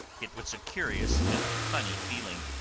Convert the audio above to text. it was a curious and a funny feeling.